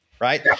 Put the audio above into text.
right